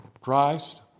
Christ